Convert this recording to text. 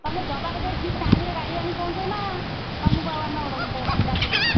ତୁମେ ଜବାଦ ଦେଇ ଠିକ୍ ଟାଇମ୍ରେ ଗାଡ଼ି ଆଣି ପହଞ୍ଚଉ ନା ତୁମକୁ ଆଉ ଆମେ ଡାକିବୁନୁ